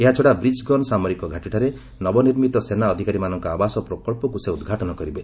ଏହାଛଡ଼ା ବ୍ରିଚ୍ ଗନ୍ ସାମରିକ ଘାଟିଠାରେ ନବନିର୍ମିତ ସେନା ଅଧିକାରୀମାନଙ୍କ ଆବାସ ପ୍ରକଳ୍ପକ୍ସକ୍ ସେ ଉଦ୍ଘାଟନ କରିବେ